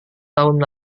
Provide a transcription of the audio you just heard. tahun